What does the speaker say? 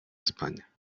españa